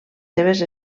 seves